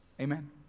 Amen